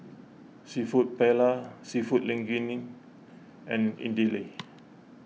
Seafood Paella Seafood Linguine and Idili